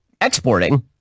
exporting